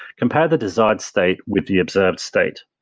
compare the desired state with the observed state,